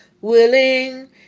willing